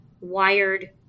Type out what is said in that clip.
wired